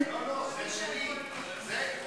איציק שמולי,